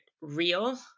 real